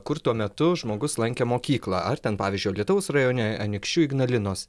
kur tuo metu žmogus lankė mokyklą ar ten pavyzdžiui alytaus rajone anykščių ignalinos